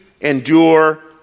endure